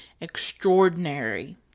extraordinary